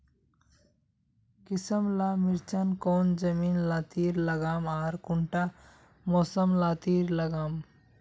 किसम ला मिर्चन कौन जमीन लात्तिर लगाम आर कुंटा मौसम लात्तिर लगाम?